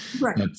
Right